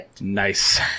Nice